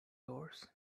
horse